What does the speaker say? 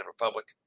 Republic